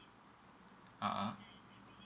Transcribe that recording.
(uh huh)